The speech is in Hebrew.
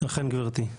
אכן גברתי.